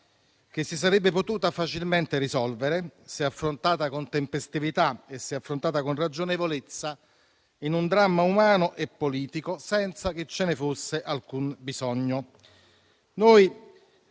che si sarebbe potuta facilmente risolvere se affrontata con tempestività e se affrontata con ragionevolezza in un dramma umano e politico senza che ce ne fosse alcun bisogno.